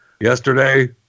yesterday